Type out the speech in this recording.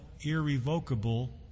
irrevocable